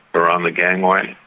or on the gangway,